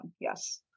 Yes